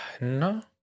no